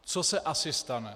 Co se asi stane?